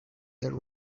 there